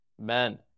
men